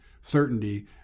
certainty